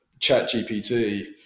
ChatGPT